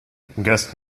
guest